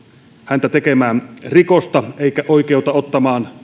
häntä tekemään rikosta eivätkä oikeuta ottamaan